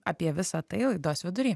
apie visa tai laidos vidury